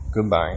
Goodbye